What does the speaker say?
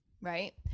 right